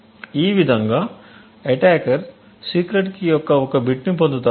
ఈ విధంగా attacker secret key యొక్క ఒక బిట్ని పొందుతాడు